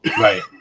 Right